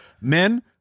men